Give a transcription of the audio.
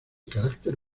carácter